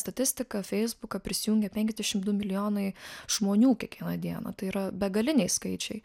statistiką feisbuką prisijungia penkiasdešim du milijonai žmonių kiekvieną dieną tai yra begaliniai skaičiai